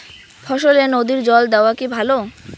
ফসলে নদীর জল দেওয়া কি ভাল?